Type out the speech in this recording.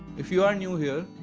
if you are new here,